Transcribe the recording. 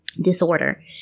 disorder